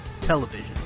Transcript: television